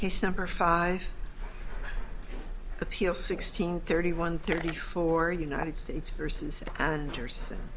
case number five appeal sixteen thirty one thirty four united states versus anderson